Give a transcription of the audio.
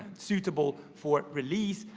suitable for release,